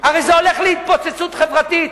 הרי זה הולך להתפוצצות חברתית.